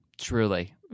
Truly